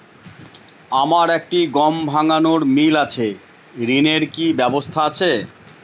আমার একটি গম ভাঙানোর মিল আছে ঋণের কি ব্যবস্থা আছে?